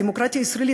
דמוקרטיה ישראלית,